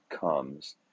comes